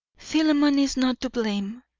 philemon is not to blame.